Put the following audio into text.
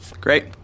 Great